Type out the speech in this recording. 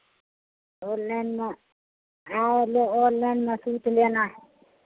online में और लो ऑनलाइन में सूट लेना है